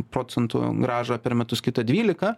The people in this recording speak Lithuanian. procentų grąžą per metus kita dvylika